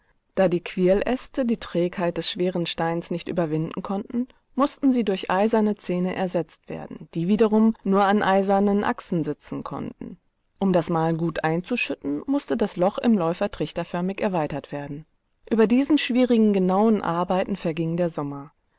da die quirläste die trägheit des schweren steines nicht überwinden konnten mußten sie durch eiserne zähne ersetzt werden die wiederum nur an eisernen achsen sitzen konnten um das mahlgut einzuschütten mußte das loch im läufer trichterförmig erweitert werden über diesen schwierigen genauen arbeiten verging der sommer